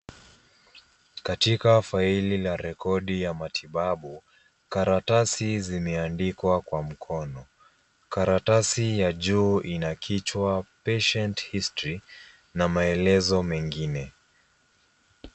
Katika faili la rekodi ya matibabu, karatasi zimeandikwa kwa mkono. Karatasi ya juu ina kichwa patient history na maelezo mengine.